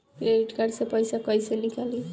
Credit card से पईसा केइसे निकली?